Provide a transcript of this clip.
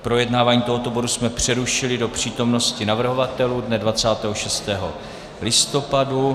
Projednávání tohoto bodu jsme přerušili do přítomnosti navrhovatelů dne 26. listopadu.